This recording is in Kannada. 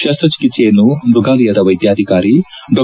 ಶಸ್ತ ಚಿಕಿತ್ಸೆಯನ್ನು ಮ್ಯಗಾಲಯದ ವೈದ್ವಾಧಿಕಾರಿ ಡಾ